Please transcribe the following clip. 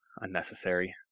unnecessary